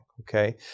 okay